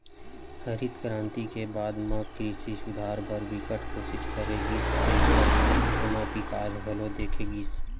हरित करांति के बाद म कृषि सुधार बर बिकट कोसिस करे गिस जेखर ले एमा बिकास घलो देखे गिस